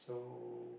so